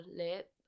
lip